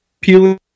peeling